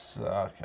okay